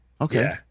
Okay